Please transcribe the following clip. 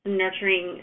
nurturing